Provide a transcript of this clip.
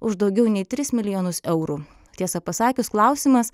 už daugiau nei tris milijonus eurų tiesą pasakius klausimas